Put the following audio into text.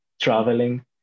Traveling